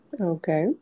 okay